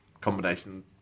combination